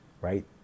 right